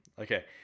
Okay